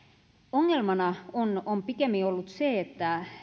ongelmana on on pikemminkin ollut se että